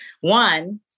One